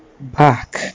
back